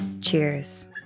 Cheers